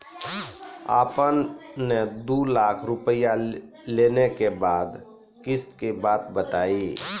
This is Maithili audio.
आपन ने दू लाख रुपिया लेने के बाद किस्त के बात बतायी?